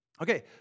Okay